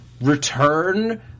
return